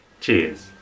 cheers